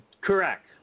Correct